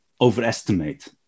overestimate